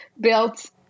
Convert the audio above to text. built